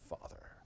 Father